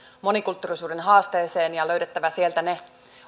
monikulttuurisuuden haasteeseen ja löydettävä sieltä ne